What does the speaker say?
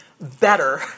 better